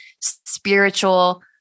spiritual